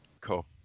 Cool